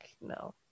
no